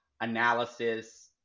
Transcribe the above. analysis